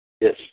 Yes